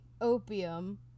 opium